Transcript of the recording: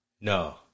No